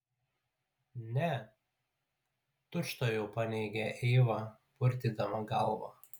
ne tučtuojau paneigė eiva purtydama galvą